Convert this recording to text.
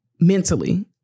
mentally